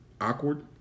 Awkward